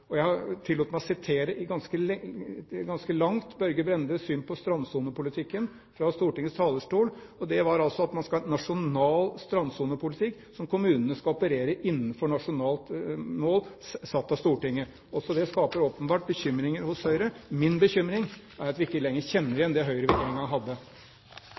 forsiktig. Jeg tillot meg å henvise til Børge Brendes syn på strandsonepolitikken fra Stortingets talerstol, og det var altså at man skal ha en nasjonal strandsonepolitikk hvor kommunene skal operere innenfor nasjonalt mål satt av Stortinget. Også det skaper åpenbart bekymringer hos Høyre. Min bekymring er at vi ikke lenger kjenner igjen det Høyre vi en gang hadde.